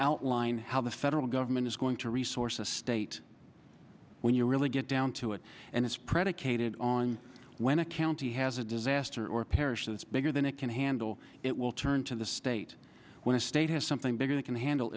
outline how the federal government is going to resource the state when you really get down to it and it's predicated on when a county has a disaster or a parish that's bigger than it can handle it will turn to the state when a state has something bigger that can handle